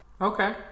Okay